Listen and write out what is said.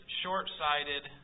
short-sighted